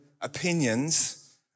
opinions